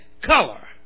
color